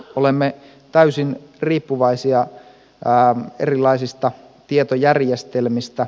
olemme täysin riippuvaisia erilaisista tietojärjestelmistä